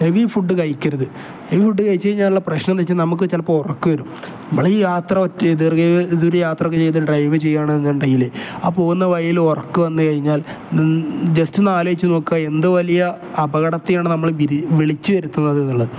heavy food കഴിക്കരുത് heavy food കഴിച്ച് കഴിഞ്ഞാലുള്ള പ്രശ്നം എന്ന് വെച്ചാൽ നമുക്ക് ചിലപ്പോൾ ഉറക്കം വരും നമ്മൾ ഈ യാത്ര ഇതുവരെ യാത്രയൊക്കെ ചെയ്ത് ഡ്രൈവ് ചെയ്യണമെന്നുണ്ടെങ്കിൽ ആ പോകുന്ന വഴിയിൽ ഉറക്കം വന്ന് കഴിഞ്ഞാൽ ജെസ്റ്റ് ഒന്നാലോചിച്ച് നോക്കുക എന്ത് വലിയ അപകടത്തെയാണ് നമ്മൾ വിളിച്ച് വിളിച്ചു വരുത്തുന്നത് എന്നുള്ളത്